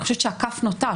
אני חושבת שהכף נוטה,